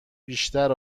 بیشتر